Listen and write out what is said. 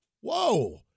whoa